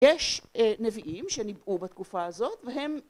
יש נביאים שניבאו בתקופה הזאת, והם